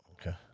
Okay